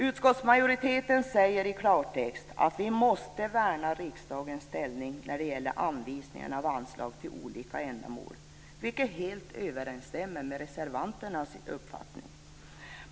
Utskottsmajoriteten säger i klartext att vi måste värna riksdagens ställning när det gäller anvisningen av anslag till olika ändamål, vilket helt överensstämmer med reservanternas uppfattning.